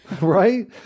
right